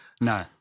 No